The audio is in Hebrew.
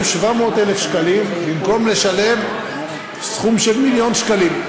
700,000 שקלים במקום לשלם מיליון שקלים.